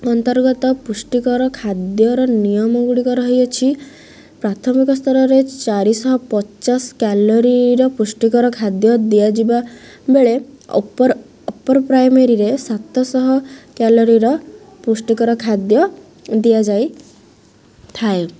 ଅନ୍ତର୍ଗତ ପୃଷ୍ଟିକର ଖାଦ୍ୟର ନିୟମ ଗୁଡ଼ିକ ରହିଅଛି ପ୍ରାଥମିକ ସ୍ତରରେ ଚାରିଶହ ପଚାଶ କ୍ୟାଲୋରୀର ପୃଷ୍ଟିକର ଖାଦ୍ୟ ଦିଆଯିବା ବେଳେ ଅପର୍ପ୍ରାଇମେରୀରେ ସାତଶହ କ୍ୟାଲୋରୀର ପୃଷ୍ଟିକର ଖାଦ୍ୟ ଦିଆଯାଇଥାଏ